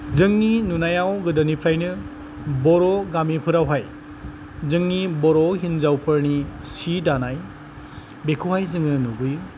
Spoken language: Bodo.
जोंनि नुनायाव गोदोनिफ्रायनो बर' गामिफोरावहाय जोंनि बर' हिनजावफोरनि सि दानाय बेखौहाय जोङो नुबोयो